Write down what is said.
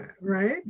right